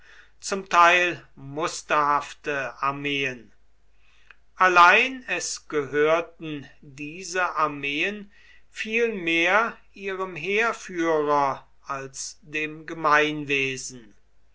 zum teil musterhafte armeen allein es gehörten diese armeen viel mehr ihrem heerführer als dem gemeinwesen